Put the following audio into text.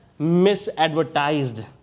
misadvertised